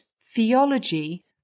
theology